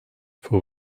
for